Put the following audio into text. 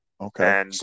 Okay